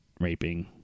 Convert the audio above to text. raping